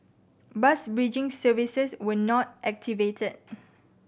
bus bridging services were not activated